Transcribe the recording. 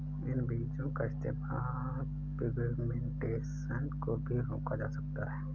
इन बीजो का इस्तेमाल पिग्मेंटेशन को भी रोका जा सकता है